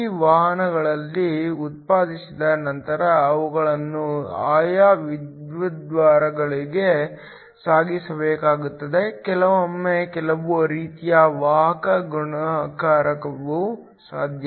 ಈ ವಾಹಕಗಳನ್ನು ಉತ್ಪಾದಿಸಿದ ನಂತರ ಅವುಗಳನ್ನು ಆಯಾ ವಿದ್ಯುದ್ವಾರಗಳಿಗೆ ಸಾಗಿಸಬೇಕಾಗುತ್ತದೆ ಕೆಲವೊಮ್ಮೆ ಕೆಲವು ರೀತಿಯ ವಾಹಕ ಗುಣಾಕಾರವೂ ಸಾಧ್ಯ